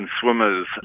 swimmers